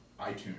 iTunes